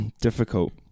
difficult